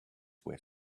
were